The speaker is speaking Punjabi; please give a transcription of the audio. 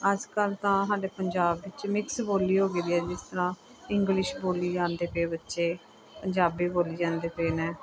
ਅੱਜ ਕੱਲ੍ਹ ਤਾਂ ਸਾਡੇ ਪੰਜਾਬ ਵਿੱਚ ਮਿਕਸ ਬੋਲੀ ਹੋ ਗਈ ਵੀ ਹੈ ਜਿਸ ਤਰ੍ਹਾਂ ਇੰਗਲਿਸ਼ ਬੋਲੀ ਜਾਂਦੇ ਪਏ ਬੱਚੇ ਪੰਜਾਬੀ ਬੋਲੀ ਜਾਂਦੇ ਪਏ ਨੇ